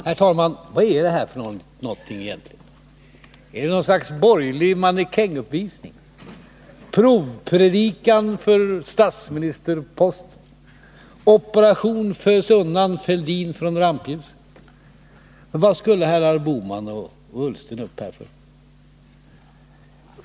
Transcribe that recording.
Herr talman! Vad är det här för någonting egentligen? Är det något slags borgerlig mannekänguppvisning? Är det provpredikan för statsministerposten? Är det operation Fösa Fälldin från rampljuset? Varför skulle herrar Bohman och Ullsten gå upp här?